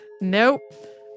Nope